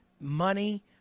money